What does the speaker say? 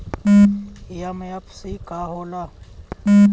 MFC F हो़ला?